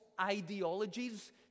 ideologies